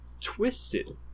Twisted